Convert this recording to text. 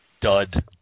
Dud